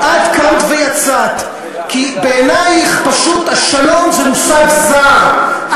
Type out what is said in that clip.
את קמת ויצאת, כי בעינייך פשוט השלום הוא מושג זר.